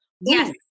Yes